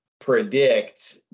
predict